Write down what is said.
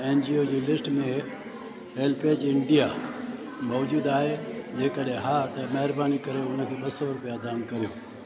छा N G O जी list में हेल्पेज इंडिया मौज़ूदु आहे जेकॾहिं हा त महरबानी करे उन खे ॿ सौ रुपिया दान करियो